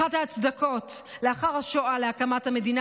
אחת ההצדקות לאחר השואה להקמת המדינה